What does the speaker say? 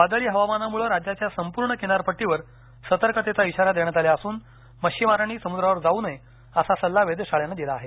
वादळी हवामानामुळे राज्याच्या संपूर्ण किनारपट्टीवर सतर्कतेचा इशारा देण्यात आला असून मच्छीमारांनी समुद्रावर जावू नये असा सल्ला वेधशाळेनं दिला आहे